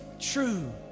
true